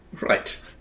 Right